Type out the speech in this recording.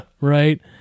right